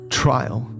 trial